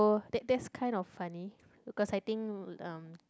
oh that that's kind of funny because I think em